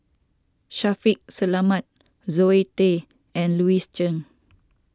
Shaffiq Selamat Zoe Tay and Louis Chen